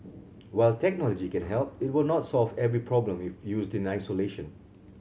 while technology can help it will not solve every problem if used in isolation